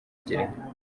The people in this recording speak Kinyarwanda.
girinka